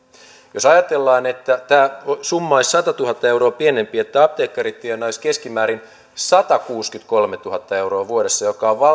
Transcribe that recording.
jos ajatellaan että tämä summa olisi satatuhatta euroa pienempi että apteekkarit tienaisivat keskimäärin satakuusikymmentäkolmetuhatta euroa vuodessa joka on